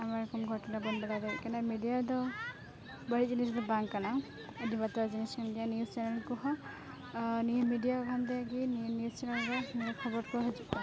ᱟᱭᱢᱟ ᱨᱚᱠᱚᱢ ᱜᱷᱚᱴᱚᱱᱟᱵᱚᱱ ᱵᱟᱰᱟᱭ ᱫᱟᱲᱮᱭᱟᱜ ᱠᱟᱱᱟ ᱢᱤᱰᱤᱭᱟ ᱫᱚ ᱵᱟᱹᱲᱤᱡ ᱡᱤᱱᱤᱥᱫᱚ ᱵᱟᱝ ᱠᱟᱱᱟ ᱟᱹᱰᱤ ᱵᱟᱛᱨᱟᱣ ᱡᱤᱱᱤᱥᱠᱟᱱ ᱜᱮᱭᱟ ᱱᱤᱣᱩᱡᱽ ᱪᱮᱱᱮᱞ ᱠᱚ ᱦᱚᱸ ᱱᱤᱭᱟᱹ ᱢᱤᱰᱤᱭᱟ ᱦᱟᱱᱛᱮ ᱜᱮ ᱱᱤᱭᱟᱹ ᱱᱤᱣᱩᱡᱽ ᱪᱮᱱᱮᱞ ᱨᱮ ᱟᱭᱢᱟ ᱠᱷᱚᱵᱚᱨᱠᱚ ᱦᱤᱡᱩᱜᱼᱟ